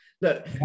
Look